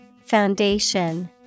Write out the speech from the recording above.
Foundation